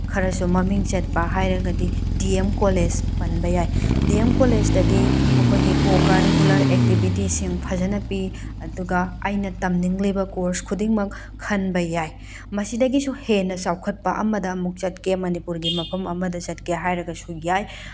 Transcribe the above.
ꯈꯔꯁꯨ ꯃꯃꯤꯡ ꯆꯠꯄ ꯍꯥꯏꯔꯒꯗꯤ ꯗꯤꯑꯦꯝ ꯀꯣꯂꯦꯖ ꯄꯟꯕ ꯌꯥꯏ ꯗꯤꯑꯦꯝ ꯀꯣꯂꯦꯖꯇꯗꯤ ꯃꯈꯣꯏꯒꯤ ꯀꯣꯀꯥꯔꯤꯀꯨꯂꯔ ꯑꯦꯛꯇꯤꯚꯤꯇꯤꯁꯁꯤꯡ ꯐꯖꯅ ꯄꯤ ꯑꯗꯨꯒ ꯑꯩꯅ ꯇꯝꯅꯤꯡꯂꯤꯕ ꯀꯣꯔꯁ ꯈꯨꯗꯤꯡꯃꯛ ꯈꯟꯕ ꯌꯥꯏ ꯃꯁꯤꯗꯒꯤꯁꯨ ꯍꯦꯟꯅ ꯆꯥꯎꯈꯠꯄ ꯑꯃꯗ ꯑꯃꯨꯛ ꯆꯠꯀꯦ ꯃꯅꯤꯄꯨꯔꯒꯤ ꯃꯐꯝ ꯑꯃꯗ ꯆꯠꯀꯦ ꯍꯥꯏꯔꯒꯁꯨ ꯌꯥꯏ